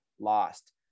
lost